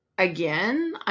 Again